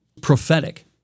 prophetic